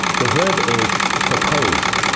the verb is propose.